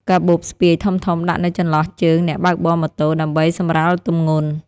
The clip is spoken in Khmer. កាបូបស្ពាយធំៗដាក់នៅចន្លោះជើងអ្នកបើកបរម៉ូតូដើម្បីសម្រាលទម្ងន់។